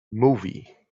movie